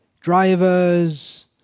drivers